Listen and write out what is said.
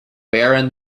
baron